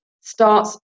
starts